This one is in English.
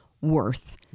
worth